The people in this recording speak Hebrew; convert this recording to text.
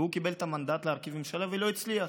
והוא קיבל את המנדט להרכיב ממשלה ולא הצליח.